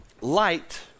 light